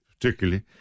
particularly